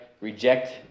reject